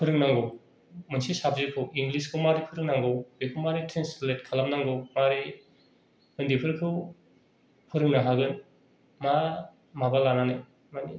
फोरोंनांगौ मोनसे साबजेक्टखौ इंग्लिशखौ मारै फोरों नांगौ बेखौ मारै ट्रान्सलेट खालाम नांगौ मारै उन्दै फोरखौ फोरोंनो हागोन मा माबा लानानै मानि